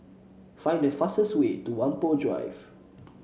find the fastest way to Whampoa Drive